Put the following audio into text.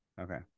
okay